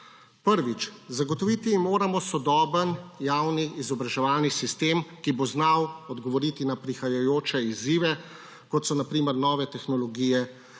Prvič. Zagotoviti jim moramo sodoben javni izobraževalni sistem, ki bo znal odgovoriti na prihajajoče izzive, kot so na primer nove tehnologije,